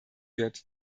wird